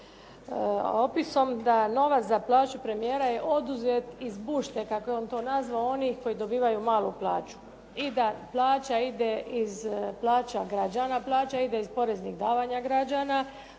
opisom da novac za plaću premijera je oduzet iz bušte, kako je on to nazvao, onih koji dobivaju malu plaću i da plaća ide iz plaća građana. Plaća ide iz poreznih davanja građana,